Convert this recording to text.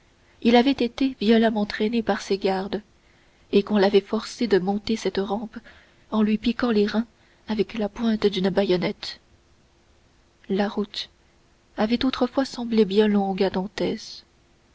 il avait été violemment traîné par ses gardes et qu'on l'avait forcé de monter cette rampe en lui piquant les reins avec la pointe d'une baïonnette la route avait autrefois semblé bien longue